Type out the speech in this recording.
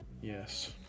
Yes